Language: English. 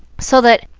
so that,